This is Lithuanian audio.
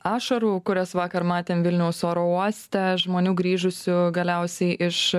ašarų kurias vakar matėm vilniaus oro uoste žmonių grįžusių galiausiai iš